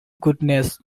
goodness